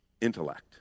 intellect